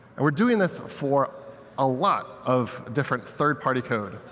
and we're doing this for a lot of different third-party code.